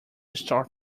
start